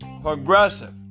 progressive